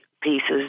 pieces